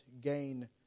gain